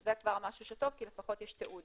שזה כבר משהו שהוא טוב כי לפחות יש תיעוד